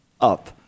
up